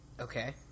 Okay